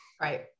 right